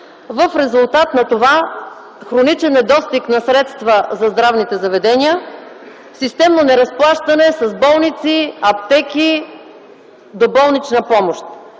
В резултат на това: хроничен недостиг на средства за здравните заведения и системно неразплащане с болници, аптеки, доболнична помощ.